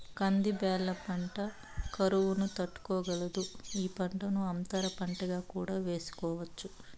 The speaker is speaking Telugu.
కంది బ్యాళ్ళ పంట కరువును తట్టుకోగలదు, ఈ పంటను అంతర పంటగా కూడా వేసుకోవచ్చు